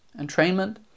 Entrainment